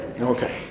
okay